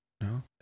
No